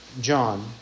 John